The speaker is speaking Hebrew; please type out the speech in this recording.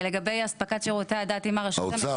לגבי אספקת שירותי הדת עם הרשות המקומית --- האוצר